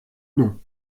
non